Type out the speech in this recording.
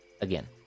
again